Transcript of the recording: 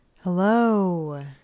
Hello